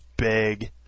Big